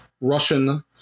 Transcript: Russian